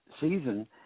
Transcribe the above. season